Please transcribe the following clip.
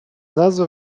nazwa